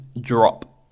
drop